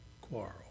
quarrel